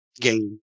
gain